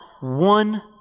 one